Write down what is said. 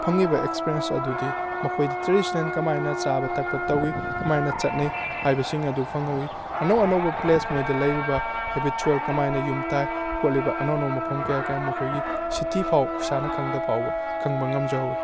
ꯐꯪꯂꯤꯕ ꯑꯦꯛꯄꯦꯔꯦꯟꯁ ꯑꯗꯨꯗꯤ ꯃꯈꯣꯏꯗ ꯇ꯭ꯔꯦꯗꯤꯁꯟꯅꯦꯜ ꯀꯃꯥꯏꯅ ꯆꯥꯕ ꯊꯛꯄ ꯇꯧꯏ ꯀꯃꯥꯏꯅ ꯆꯠꯅꯩ ꯍꯥꯏꯕꯁꯤꯡ ꯑꯗꯨ ꯐꯪꯍꯧꯏ ꯑꯅꯧ ꯑꯅꯧꯕ ꯄ꯭ꯂꯦꯁ ꯃꯣꯏꯗ ꯂꯩꯔꯤꯕ ꯍꯦꯕꯤꯠꯆꯨꯌꯦꯜ ꯀꯃꯥꯏꯅ ꯌꯨꯝ ꯇꯥꯏ ꯈꯣꯠꯂꯤꯕ ꯑꯅꯧ ꯑꯅꯧꯕ ꯃꯐꯝ ꯀꯌꯥ ꯀꯌꯥ ꯃꯈꯣꯏꯒꯤ ꯁꯤꯇꯤ ꯐꯥꯎ ꯑꯩꯈꯣꯏ ꯏꯁꯥꯅ ꯈꯪꯗꯕ ꯐꯥꯎꯕ ꯈꯪꯕ ꯉꯝꯖꯍꯧꯏ